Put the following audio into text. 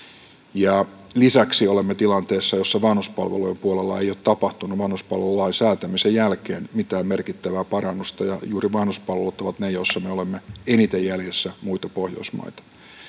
lisäksi olemme tilanteessa jossa vanhuspalvelujen puolella ei ole tapahtunut vanhuspalvelulain säätämisen jälkeen mitään merkittävää parannusta ja juuri vanhuspalvelut ovat ne joissa me olemme eniten jäljessä muita pohjoismaita